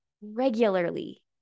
regularly